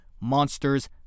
monsters